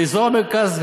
באזור המרכז,